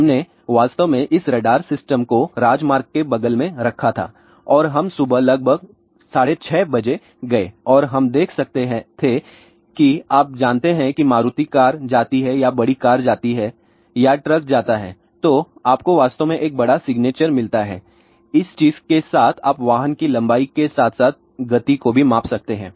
हमने वास्तव में इस रडार सिस्टम को राजमार्ग के बगल में रखा था और हम सुबह लगभग 630 बजे गए और हम में देख सकते थे कि आप जानते हैं कि मारुति कार जाती है या बड़ी कार जाती है या ट्रक जाता है तो आपको वास्तव में एक बड़ा सिग्नेचर मिलता है और इस चीज के साथ आप वाहन की लंबाई के साथ साथ गति को भी माप सकते हैं